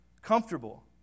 comfortable